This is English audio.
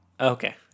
Okay